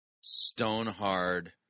stone-hard